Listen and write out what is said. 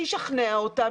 שישכנע אותם,